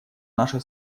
наша